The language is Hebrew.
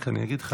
רק אני אגיד לך,